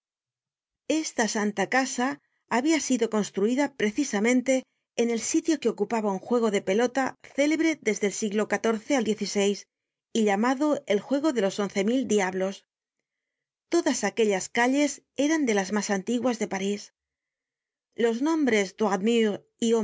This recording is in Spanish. esta santa casa habia sido construida precisamente en el sitio que ocupaba un juego de pelota célebre desde el siglo xiv al xvi y llamado el jtiego de los once mil diablos todas aquellas calles eran de las mas antiguas de parís los nombres